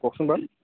কওকচোন বাৰু